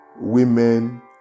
women